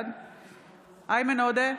בעד איימן עודה,